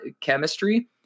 chemistry